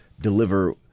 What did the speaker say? deliver